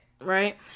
Right